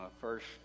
first